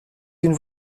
une